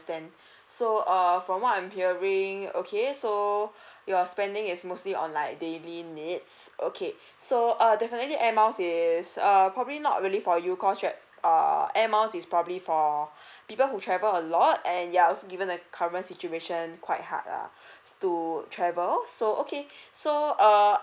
so err from what I'm hearing okay so your spending is mostly on like daily needs okay so err definitely is err probably not really for you cause like is probably for people who travel a lot and ya I was given the current situation quite hard lah to travel so okay so err